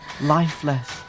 lifeless